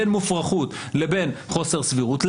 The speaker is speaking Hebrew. בין מופרכות לבין חוסר סבירות,